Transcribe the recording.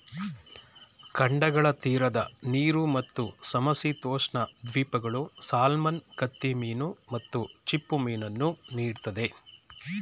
ಖಂಡಗಳ ತೀರದ ನೀರು ಮತ್ತು ಸಮಶೀತೋಷ್ಣ ದ್ವೀಪಗಳು ಸಾಲ್ಮನ್ ಕತ್ತಿಮೀನು ಮತ್ತು ಚಿಪ್ಪುಮೀನನ್ನು ನೀಡ್ತದೆ